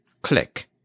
Click